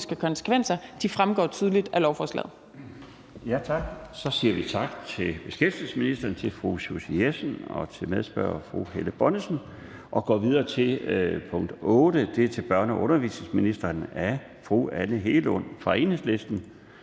Tak. Så siger vi tak til beskæftigelsesministeren, til fru Susie Jessen og til medspørger fru Helle Bonnesen. Vi går videre til punkt 8, og det er til børne- og undervisningsministeren af fru Anne Hegelund fra Enhedslisten.